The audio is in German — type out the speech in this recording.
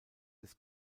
des